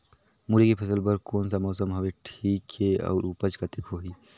मुरई के फसल बर कोन सा मौसम हवे ठीक हे अउर ऊपज कतेक होही?